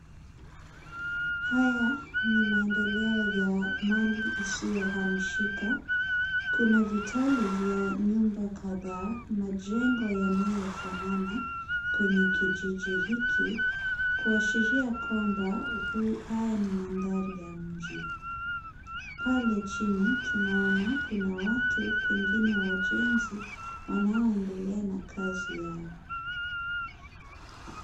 Haya ni maendeleo ya mali isiyohamishika, kuna vitalu vya nyumba kadhaa. Majengo yanayofanana kwenye kijiji hiki kuashiria kwamba haya ni mandhari ya mji. Pale chini tunaona kuna watu pengine wajenzi wanaoendelea na kazi yao.